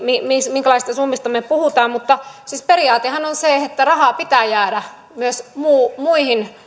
minkälaisista summista me puhumme siis periaatehan on se että rahaa pitää jäädä myös muihin